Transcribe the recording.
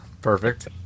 Perfect